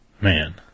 Man